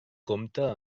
compta